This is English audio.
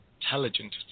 intelligent